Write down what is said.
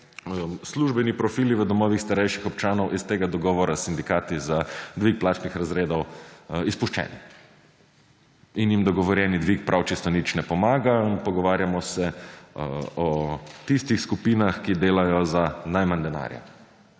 službeni profili v domovih starejših občanov iz tega dogovora s sindikati za dvig plačnih razredov izpuščeni in jim dogovorjeni dvig prav čisto nič ne pomaga in pogovarjamo se o tistih skupinah, ki delajo za najmanj denarja.